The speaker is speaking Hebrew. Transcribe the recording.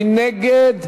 מי נגד?